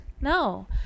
no